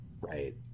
Right